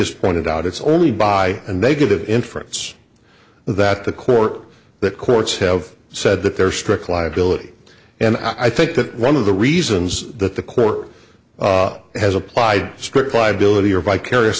amicus pointed out it's only by a negative inference that the court the courts have said that there are strict liability and i think that one of the reasons that the court has applied strict liability or vicarious